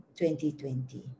2020